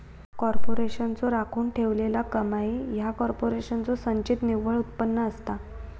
कॉर्पोरेशनचो राखून ठेवलेला कमाई ह्या कॉर्पोरेशनचो संचित निव्वळ उत्पन्न असता